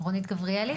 רוני גבריאלי.